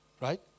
Right